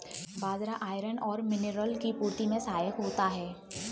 बाजरा iron और mineral की पूर्ति में सहायक होता है